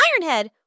Ironhead